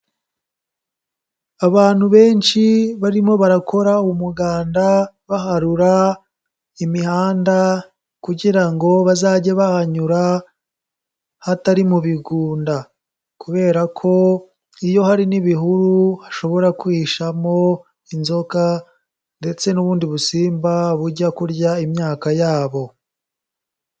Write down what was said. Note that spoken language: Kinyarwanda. Abantu benshi barimo barakora umuganda baharura imihanda kugira ngo bazajye bahanyura hatari mu bigunda, kubera ko iyo hari n'ibihuru hashobora kwihishamo inzoka ndetse n'ubundi busimba bujya kurya imyaka yabo.